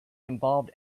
involved